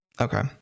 Okay